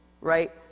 right